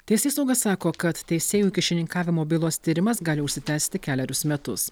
teisėsauga sako kad teisėjų kyšininkavimo bylos tyrimas gali užsitęsti kelerius metus